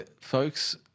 folks